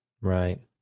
Right